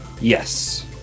Yes